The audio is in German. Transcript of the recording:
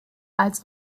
als